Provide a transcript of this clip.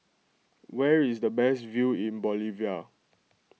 where is the best view in Bolivia